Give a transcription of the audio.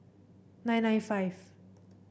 nine nine five